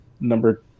number